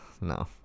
No